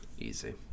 Easy